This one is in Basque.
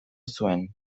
zuen